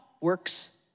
works